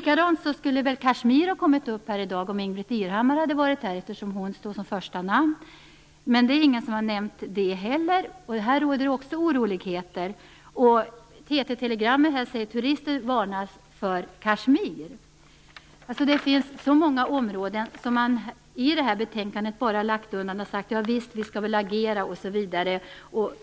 Kashmir skulle väl ha kommit upp här i dag om Ingbritt Irhammar hade varit här, men ingen har nämnt detta område heller, och där råder det också oroligheter. Ett TT-telegram säger att turister varnas för Kashmir. Det finns så många områden som man i det här betänkandet bara har lagt undan. Man säger att man skall agera,